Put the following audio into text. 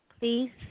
please